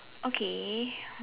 okay